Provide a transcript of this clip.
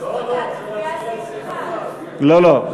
לא, לא, צריך להצביע על סעיף 1. לא, לא.